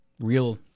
real